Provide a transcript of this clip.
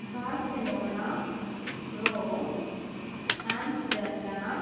Barcelona Rome Amsterdam